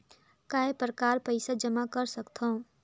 काय प्रकार पईसा जमा कर सकथव?